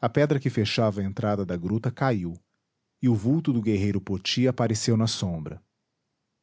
a pedra que fechava a entrada da gruta caiu e o vulto do guerreiro poti apareceu na sombra